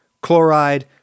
chloride